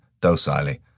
docilely